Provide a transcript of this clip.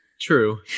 True